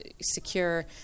secure